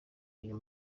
iyo